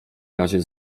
razie